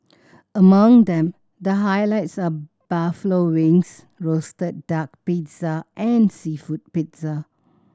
among them the highlights are buffalo wings roasted duck pizza and seafood pizza